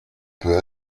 peu